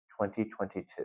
2022